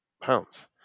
pounds